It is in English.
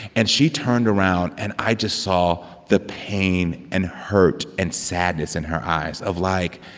and she turned around, and i just saw the pain and hurt and sadness in her eyes of, like,